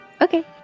Okay